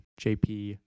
jp